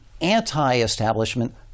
anti-establishment